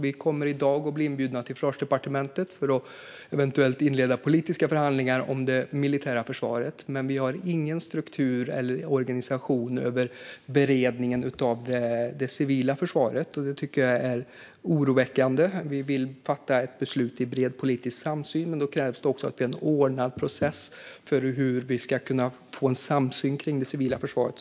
Vi kommer i dag att bli inbjudna till Försvarsdepartementet för att eventuellt inleda politiska förhandlingar om det militära försvaret. Men det finns ingen struktur eller organisation vad gäller beredningen av det civila försvaret, och det tycker jag är oroväckande. Vi vill fatta ett beslut i bred politisk samsyn. Då krävs en ordnad process för att vi ska få en samsyn kring det civila försvaret.